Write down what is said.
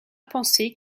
pensé